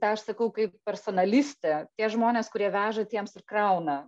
tą aš sakau kaip personalistė tie žmonės kurie veža tiems ir krauna